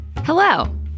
Hello